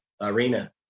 arena